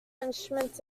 instruments